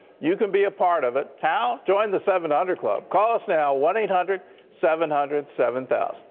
you can be a part of it. how? join the seven hundred club. call us now, one eight hundred seven hundred seven thousand.